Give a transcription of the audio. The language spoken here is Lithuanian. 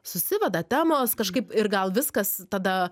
susiveda temos kažkaip ir gal viskas tada